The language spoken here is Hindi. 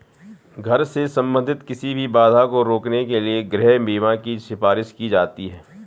घर से संबंधित किसी भी बाधा को रोकने के लिए गृह बीमा की सिफारिश की जाती हैं